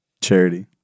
Charity